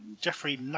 Jeffrey